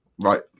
right